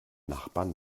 nachbarn